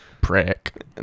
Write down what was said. prick